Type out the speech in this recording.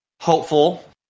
hopeful